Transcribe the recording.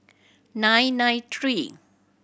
nine nine three